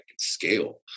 scale